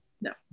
No